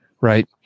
right